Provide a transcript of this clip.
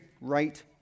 right